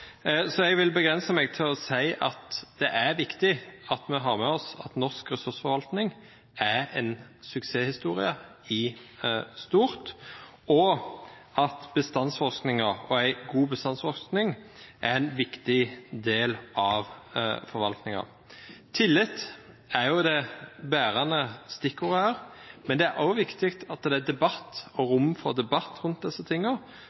så jeg vil begrense meg til å si at det er viktig at vi har med oss at norsk ressursforvaltning er en suksesshistorie i stort, og at en god bestandsforskning er en viktig del av forvaltningen. Tillit er det bærende stikkordet her, men det er også viktig at det er rom for debatt rundt disse